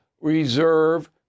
Reserve